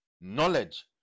Knowledge